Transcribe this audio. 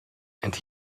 and